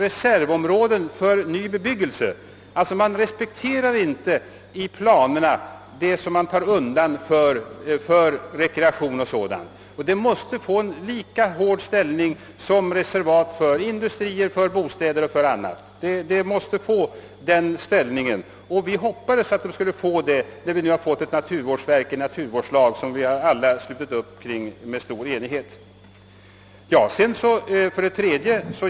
Dessa områden måste få en lika starkt markerad ställning som de områden vilka reserverats för industrier, för bostäder och annat. Vi hoppades att så skulle bli fallet när det nu tillkommit ett naturvårdsverk och en naturvårdslag som alla med stor enighet slutit upp omkring. »3.